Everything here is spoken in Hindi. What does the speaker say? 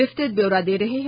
विस्तृत ब्यौरा दे रहे है